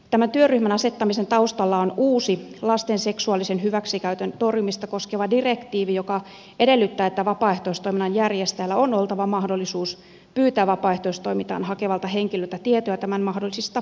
tämän työryhmän asettamisen taustalla on uusi lasten seksuaalisen hyväksikäytön torjumista koskeva direktiivi joka edellyttää että vapaaehtoistoiminnan järjestäjällä on oltava mahdollisuus pyytää vapaaehtoistoimintaan hakevalta henkilöltä tietoa tämän mahdollisista seksuaalirikostuomioista